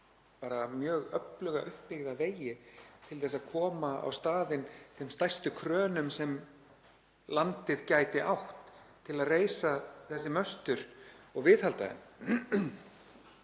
bara mjög öfluga uppbyggða vegi til að koma á staðinn þeim stærstu krönum sem landið gæti átt til að reisa þessi möstur og viðhalda þeim.